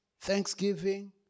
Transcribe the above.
thanksgiving